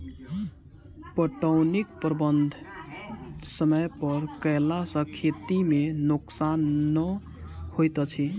पटौनीक प्रबंध समय पर कयला सॅ खेती मे नोकसान नै होइत अछि